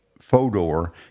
Fodor